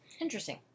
Interesting